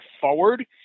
forward